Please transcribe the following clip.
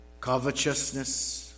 covetousness